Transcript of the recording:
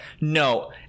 no